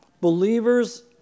Believers